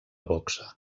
boxa